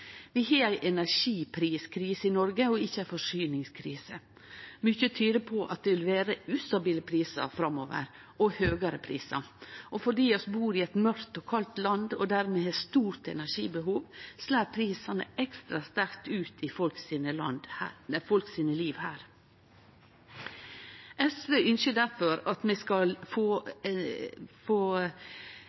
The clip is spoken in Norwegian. Vi har ei energipriskrise i Noreg og ikkje ei forsyningskrise. Mykje tyder på at det vil vere ustabile prisar framover og høgre prisar, og fordi vi bur i eit mørkt og kaldt land og har stort energibehov, slår prisane ekstra sterkt ut i livet til folk her. SV ynskjer difor at vi skal få ramma inn kraftmarknaden og få